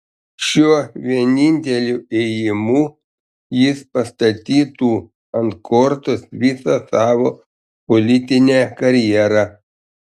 šiuo vieninteliu ėjimu jis pastatytų ant kortos visą savo politinę karjerą